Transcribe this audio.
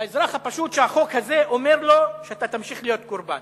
האזרח הפשוט שהחוק הזה אומר לו שאתה תמשיך להיות קורבן,